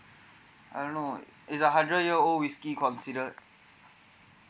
I don't know it's a hundred year old whiskey considered